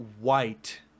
White